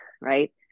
right